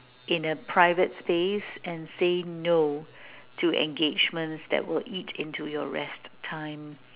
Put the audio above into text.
in a private space and say no to engagements that will eat into your rest time